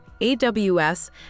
AWS